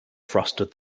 frosted